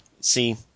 See